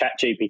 ChatGPT